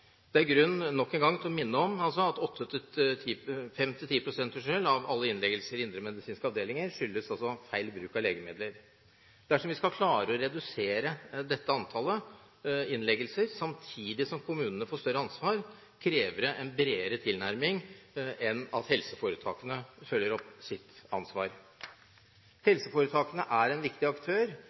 Det er nok en gang grunn til å minne om at 5–10 pst. av alle innleggelser i indremedisinske avdelinger skyldes feil bruk av legemidler. Dersom vi skal klare å redusere dette antallet innleggelser samtidig som kommunene får større ansvar, krever det en bredere tilnærming enn at helseforetakene følger opp sitt ansvar. Helseforetakene er en viktig aktør,